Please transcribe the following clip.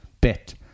bit